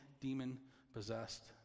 demon-possessed